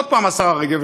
עוד פעם השרה רגב.